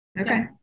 Okay